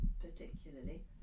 particularly